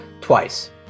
twice